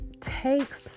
takes